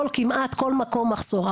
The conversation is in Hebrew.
כמעט כל מקום מחסור.